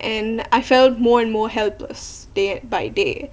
and I felt more and more helpless day by day